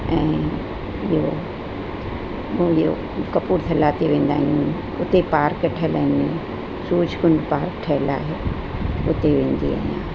ऐं ॿियो मुंहिंजो कपूरथला थी वेंदा आहिनि हुते पार्क ठहियल आहिनि सूरजकुंड पार्क ठहियल आहे उते वेंदी आहियां